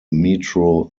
metro